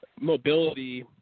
mobility